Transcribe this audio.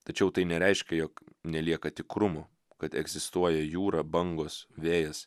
tačiau tai nereiškia jog nelieka tikrumo kad egzistuoja jūra bangos vėjas